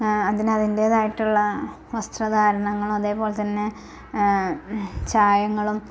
അതിന് അതിന്റേതായിട്ടുള്ള വസ്ത്രധാരണങ്ങളും അതെപോലെ തന്നെ ചായങ്ങളും